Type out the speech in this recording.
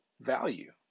value